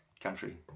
Country